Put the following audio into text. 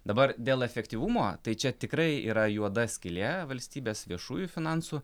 dabar dėl efektyvumo tai čia tikrai yra juoda skylė valstybės viešųjų finansų